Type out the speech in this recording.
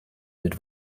wird